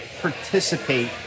participate